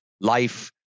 life